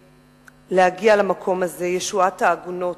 להגיע למקום הזה, ישועת העגונות.